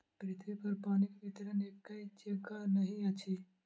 पृथ्वीपर पानिक वितरण एकै जेंका नहि अछि